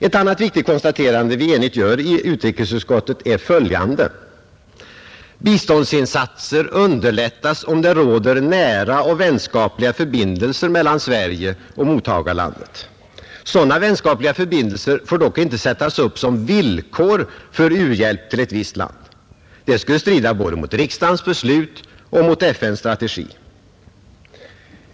Ett annat viktigt konstaterande som vi enigt gör i utrikesutskottet är följande: Biståndsinsatser underlättas om det råder nära och vänskapliga förbindelser mellan Sverige och mottagarlandet. Sådana vänskapliga förbindelser får dock inte sättas upp som villkor för u-hjälp till ett visst land. Det skulle strida både mot riksdagens beslut och mot FN:s strategi.